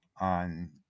on